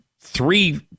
three